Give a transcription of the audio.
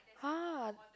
!huh!